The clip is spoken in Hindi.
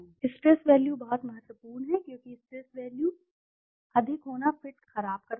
स्ट्रेस वैल्यू बहुत महत्वपूर्ण है क्योंकि स्ट्रेस वैल्यू स्ट्रेस वैल्यू अधिक होना फिट को खराब करता है